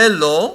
זה לא.